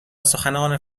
سخنان